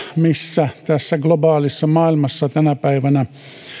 missä tässä globaalissa maailmassa tänä päivänä